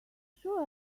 sure